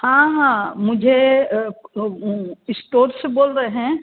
हाँ हाँ मुझे इस्टोर से बोल रहे हैं